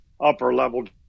upper-level